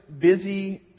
busy